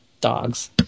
dogs